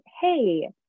hey